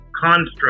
construct